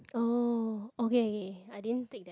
oh okay okay I didn't take that